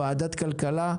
ועדת כלכלה,